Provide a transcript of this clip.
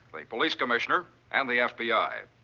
like police commissioner and the ah fbi.